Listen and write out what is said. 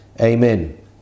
amen